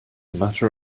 matter